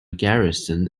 garrison